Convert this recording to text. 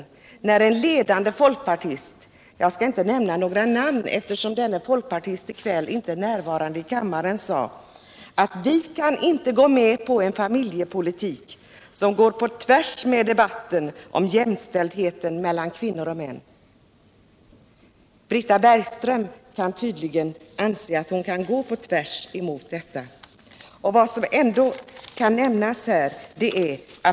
Då sade en ledande folkpartist — jag skall inte nämna något namn, eftersom denne folkpartist inte är närvarande i kammaren: Vi kan inte vara med om en familjepolitik som går på tvärs med debatten om jämställdhet mellan kvinnor och män. Britta Bergström kan tydligen göra det.